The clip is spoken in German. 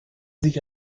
sich